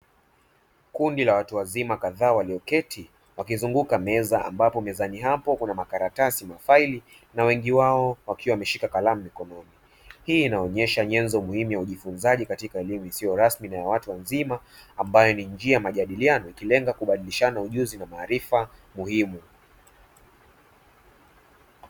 Kundi la watu wazima kadhaa waliyoketi wakizunguka meza ambapo mezani hapo kuna makaratasi, mafaili na wengi wao wakiwa wameshika kalamu mikononi, hii inaonyesha nyenzo muhimu ya ujifunzaji katika elimu isiyo rasmi na ya watu wazima ambaye ni njia majadiliano ikilenga kubadilishana ujuzi na maarifa muhimu.